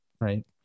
Right